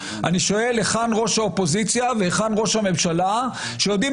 אני שואל היכן ראש האופוזיציה והיכן ראש הממשלה שיודעים